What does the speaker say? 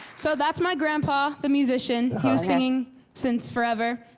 so that's my grandpa, the musician. he was singing since forever.